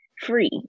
free